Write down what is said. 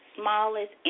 smallest